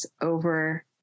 over